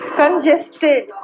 congested।